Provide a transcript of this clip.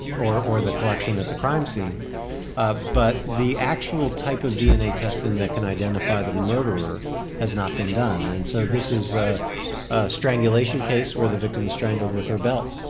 or or the collection at the crime scene but the actual type of dna testing that can identify the murderer has not been done. and so this is a strangulation case where the victim was strangled with her belt.